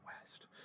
west